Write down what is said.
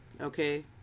okay